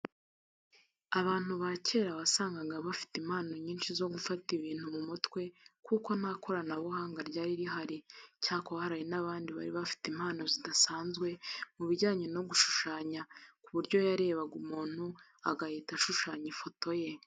Abantu ba kera wasangaga bafite impano nyinshi zo gufata ibintu mu mutwe kuko nta koranabuhanga ryari rihari. Icyakora hari n'abandi bari bafite impano zidasanzwe mu bijyanye no gushushanya, ku buryo yarebaga umuntu agahita ashushanya ifoto ye.